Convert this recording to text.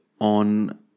on